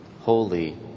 Holy